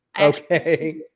Okay